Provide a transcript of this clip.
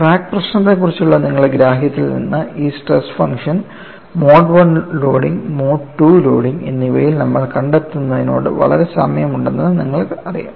crack പ്രശ്നത്തെക്കുറിച്ചുള്ള നിങ്ങളുടെ ഗ്രാഹ്യത്തിൽ നിന്ന് ഈ stress function mode I loading mode II loading എന്നിവയിൽ നമ്മൾ കണ്ടതിനോട് വളരെ സാമ്യമുണ്ടെന്ന് നമ്മൾക്കറിയാം